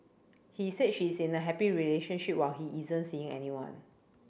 he said she is in a happy relationship while he isn't seeing anyone